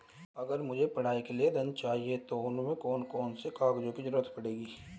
अगर मुझे पढ़ाई के लिए ऋण चाहिए तो उसमें कौन कौन से कागजों की जरूरत पड़ेगी?